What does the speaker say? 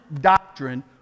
doctrine